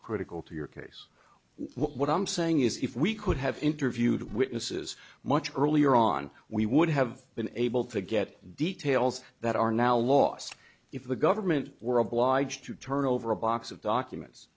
critical to your case what i'm saying is if we could have interviewed witnesses much earlier on we would have been able to get details that are now lost if the government were obliged to turn over a box of documents